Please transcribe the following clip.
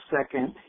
second